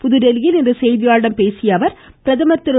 புதுதில்லியில் இன்று செய்தியாளர்களிடம் பேசிய அவர் பிரதமர் திரு